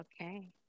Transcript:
okay